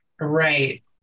Right